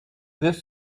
this